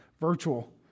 virtual